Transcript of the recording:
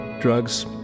Drugs